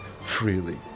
freely